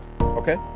okay